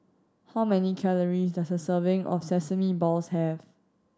how many calories does a serving of sesame balls have